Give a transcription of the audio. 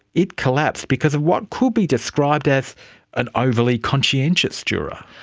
it collapsed because of what could be described as an overly conscientious juror.